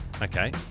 Okay